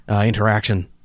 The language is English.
interaction